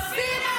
תפסיקו כבר,